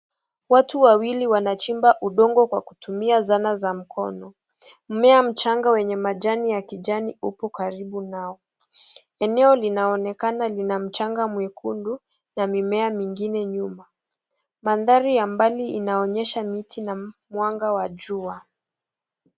Watu wawili anachimbua udongo kwa kutumia zana za mikono. Mmea mchanga wenye majani ya kijani upo karibu nao. Eneo linaonekana lina mchanga mwekundu na mimea mingine nyuma. Mandhari ya mbali inaonyesha miti na mwanga wa jua.